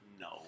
no